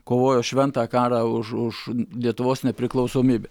kovojo šventą karą už už lietuvos nepriklausomybę